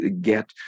get